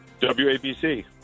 WABC